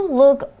look